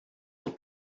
aux